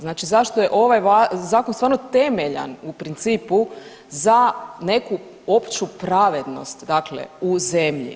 Znači zašto je ovaj Zakon stvarno temeljan u principu za neku opću pravednost dakle u zemlji?